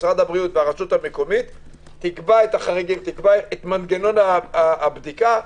משרד הבריאות והרשות המקומית - תקבע את מנגנון הבדיקה.